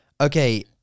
okay